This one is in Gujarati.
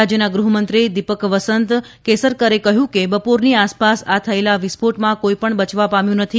રાજ્યના ગૃહમંત્રી દિપક વસંત કેસરકરે કહ્યું કે બપોરની આસપાસ આ થયેલા વિસ્ફોટમાં કોઇપણ બચવા પામ્યુ નથી